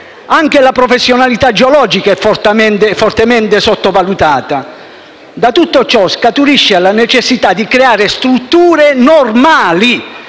Anche la professionalità geologica è fortemente sottovalutata. Da tutto ciò scaturisce la necessità di creare strutture normali